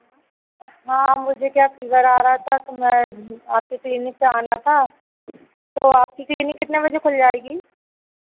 हाँ मुझे क्या फ़ीवर आ रहा था तो मैं आपके क्लीनिक पर आना था तो आपकी क्लीनिक कितने बजे खुल जाएगी